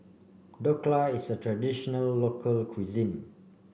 Dhokla is a traditional local cuisine